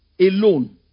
alone